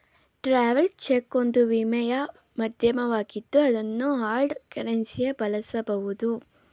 travels cheque ಒಂದು ವಿನಿಮಯ ಮಾಧ್ಯಮವಾಗಿದ್ದು ಅದನ್ನು ಹಾರ್ಡ್ ಕರೆನ್ಸಿಯ ಬಳಸಬಹುದು